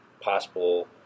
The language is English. possible